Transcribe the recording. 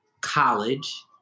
college